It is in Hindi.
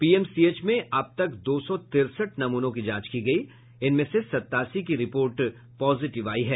पीएमसीएच में अब तक दो सौ तिरसठ नमूनों की जांच की गई जिनमें से सत्तासी की रिपोर्ट पॉजिटिव आई है